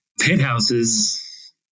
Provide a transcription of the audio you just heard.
penthouses